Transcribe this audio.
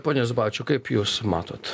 pone zubavičiau kaip jūs matot